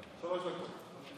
שלוש דקות.